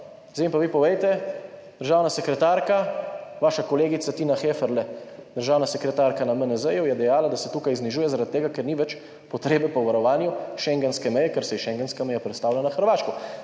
Zdaj mi pa vi povejte, državna sekretarka, vaša kolegica Tina Heferle, državna sekretarka na MNZ je dejala, da se tukaj znižuje zaradi tega, ker ni več potrebe po varovanju schengenske meje, ker se je schengenska meja prestavila na Hrvaško.